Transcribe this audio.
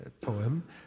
poem